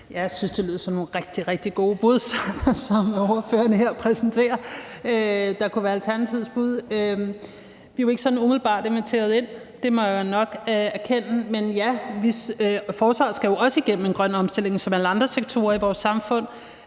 Jeg synes, det lyder som nogle rigtig, rigtig gode bud, som spørgeren her nævner, og som kunne være Alternativets bud. Vi er jo ikke sådan umiddelbart inviteret med – det må jeg jo erkende – men forsvaret skal jo også igennem en grøn omstilling som alle andre sektorer i vores samfund.